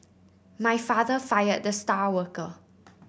my father fired the star worker